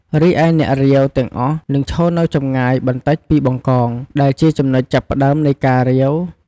រីឯ អ្នករាវ ទាំងអស់នឹងឈរនៅចម្ងាយបន្តិចពី បង្កង ដែលជាចំណុចចាប់ផ្តើមនៃការរាវ។